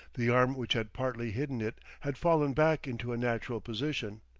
the arm which had partly hidden it had fallen back into a natural position.